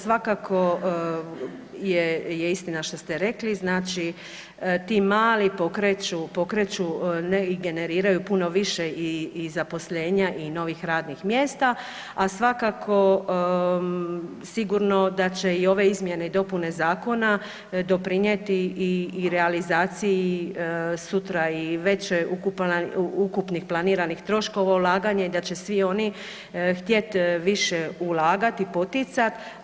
Svakako je istina što ste rekli, znači ti mali pokreću ne i generiraju puno više i zaposlenja i novih radnih mjesta, a svakako sigurno da će i ove izmjene i dopune zakona doprinijeti i realizaciji sutra veće ukupnih planiranih troškova u ulaganje i da će svi oni htjet više ulagat i poticat.